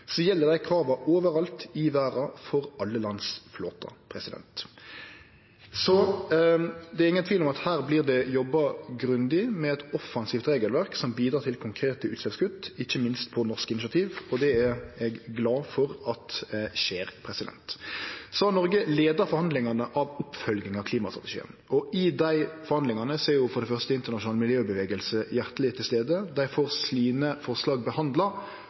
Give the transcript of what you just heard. gjeld dei krava overalt i verda og for flåtane til alle land. Det er ingen tvil om at det her vert jobba grundig med eit offensivt regelverk som bidrar til konkrete utsleppskutt, ikkje minst på norsk initiativ, og eg er glad for at det skjer. Noreg har leidd forhandlingane av oppfølginga av klimastrategiane. I dei forhandlingane er for det første internasjonal miljørørsle hjarteleg til stades. Dei får forslaga sine behandla